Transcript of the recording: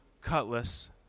cutlass